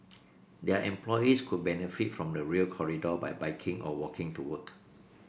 their employees could benefit from the Rail Corridor by biking or walking to work